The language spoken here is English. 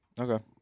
Okay